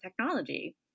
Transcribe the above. technology